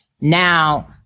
Now